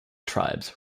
tribes